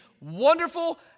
wonderful